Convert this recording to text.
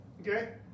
okay